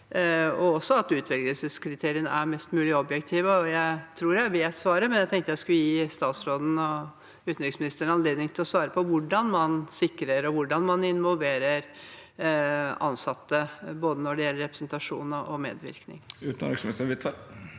også at utvelgelseskriteriene er mest mulig objektive. Jeg tror jeg vet svaret, men jeg tenkte jeg skulle gi utenriksministeren anledning til å svare på hvordan man sikrer det og involverer ansatte når det gjelder både representasjon og medvirkning.